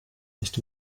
nicht